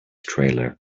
trailer